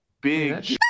big –